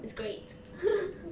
it's great